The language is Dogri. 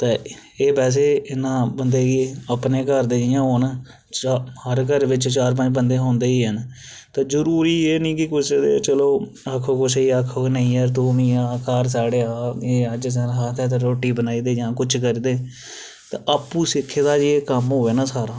ते एह् बैसे इन्ना बंदे गी अपने घर दे जि'यां होन चा हर घर बिच्च चार पंज बंदे होंदे ई हैन ते जरूरी एह् नी कि कुसै दे चलो आक्खो कुसै गी आक्खो कि नेईं यार तूं बी आ घर साढ़े आ एह् अज्ज श्राद ऐ ते रुट्टी बनाई दे जां कुछ करी दे ते आपूं सिक्खे दा जे कम्म होऐ ना सारा